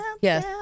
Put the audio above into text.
yes